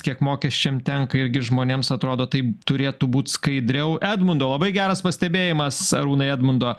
kiek mokesčiam tenka irgi žmonėms atrodo tai turėtų būt skaidriau edmundo labai geras pastebėjimas arūnai edmundo